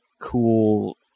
Cool